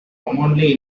commonly